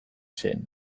zen